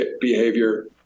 behavior